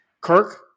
Kirk